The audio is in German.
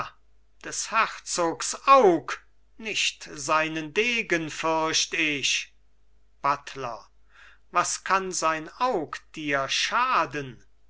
des herzogs aug nicht seinen degen fürcht ich buttler was kann sein aug dir schaden